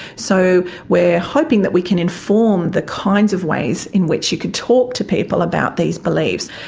so we're hoping that we can inform the kinds of ways in which you could talk to people about these beliefs.